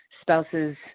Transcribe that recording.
spouses